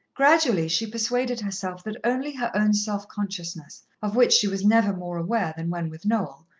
gradually she persuaded herself that only her own self-consciousness, of which she was never more aware than when with noel,